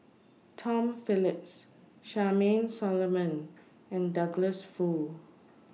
Tom Phillips Charmaine Solomon and Douglas Foo